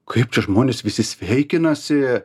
kaip čia žmonės visi sveikinasi